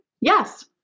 Yes